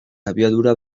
abiadura